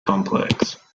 complex